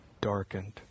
darkened